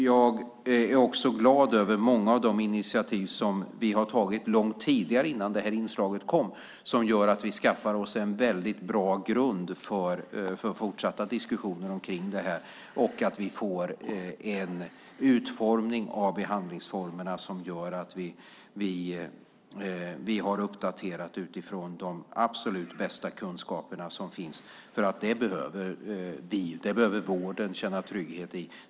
Jag är också glad över många av de initiativ som vi har tagit långt tidigare, innan det här inslaget kom, som gör att vi skaffar oss en bra grund för fortsatta diskussioner om det här och att vi får en utformning av behandlingsformerna som gör att vi har uppdaterat utifrån de absolut bästa kunskaper som finns. Det behöver vi. Detta behöver vården känna trygghet i.